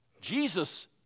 Jesus